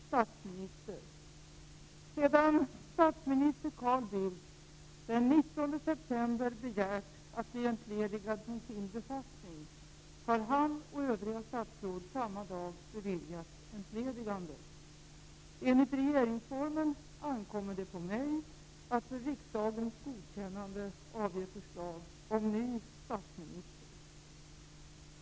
Sedan statsminister Carl Bildt den 19 september begärt att bli entledigad från sin befattning har han och övriga statsråd samma dag beviljats entledigande. Enligt regeringsformen ankommer det på mig att för riksdagens godkännande avge förslag om ny statsminister.